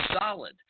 solid